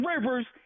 Rivers –